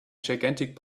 gigantic